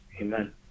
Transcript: amen